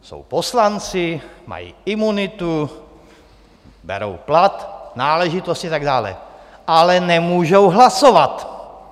Jsou poslanci, mají imunitu, berou plat, náležitosti a tak dál, ale nemůžou hlasovat.